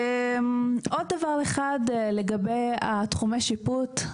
עוד דבר אחד לגבי תחומי השיפוט,